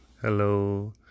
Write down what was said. Hello